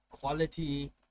quality